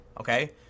Okay